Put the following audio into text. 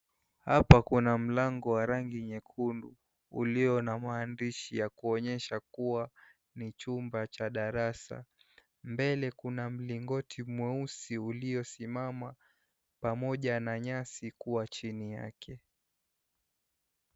Hapa kuna mlango wa rangi nyekundu ulio na maandishi ya kuonyesha kuwa ni chumba cha darasa. Mbele kuna mlingoti mweusi uliosimama pamoja na nyasi kuwa chini yake.